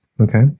Okay